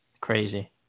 Crazy